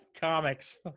Comics